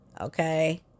Okay